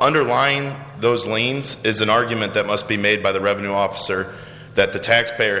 underline those liens is an argument that must be made by the revenue officer that the taxpayer